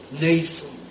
needful